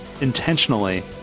intentionally